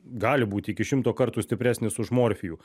gali būti iki šimto kartų stipresnis už morfijų